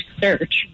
search